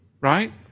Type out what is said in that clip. Right